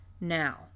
Now